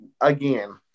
again